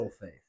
faith